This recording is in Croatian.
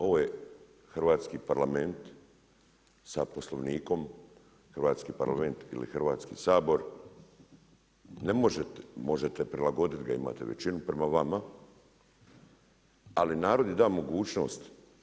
Ovo je hrvatski Parlament sa poslovnikom, hrvatski Parlament ili Hrvatski sabor, možete prilagodit ga imate većinu prema vama, ali narod je dao mogućnost.